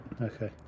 Okay